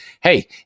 Hey